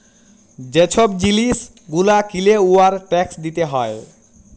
যে ছব জিলিস গুলা কিলে উয়ার ট্যাকস দিতে হ্যয়